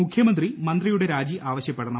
മുഖ്യമന്ത്രി മന്ത്രിയുടെ രാജി ആവശ്യപ്പെടണം